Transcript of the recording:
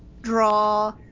Draw